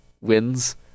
wins